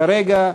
כרגע,